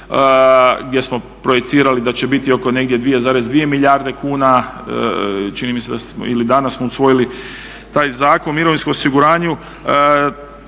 gdje smo projicirali da će biti oko negdje 2,2 milijarde kuna. Čini mi se da samo, ili danas smo usvojili taj Zakon o mirovinskom osiguranju